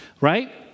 right